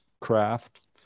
craft